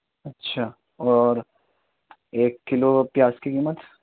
اچھا اور ایک کلو پیاز کی قیمت